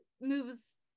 moves